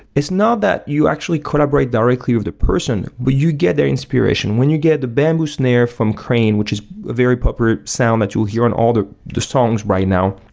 it's not that you actually collaborate directly of the person, but you get their inspiration. when you get the bamboo snare from crane, which is a very popular sound that you'll hear on all the the songs right now,